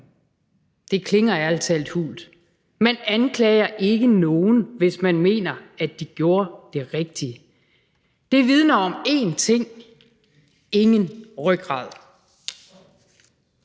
Det klinger ærlig talt hult. Man anklager ikke nogen, hvis man mener, at de gjorde det rigtige. Det vidner om én ting: ingen rygrad.